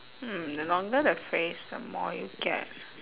hmm the longer the phrase the more you get